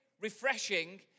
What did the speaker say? refreshing